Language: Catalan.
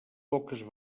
poques